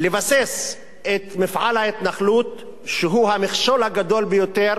לבסס את מפעל ההתנחלות שהוא המכשול הגדול ביותר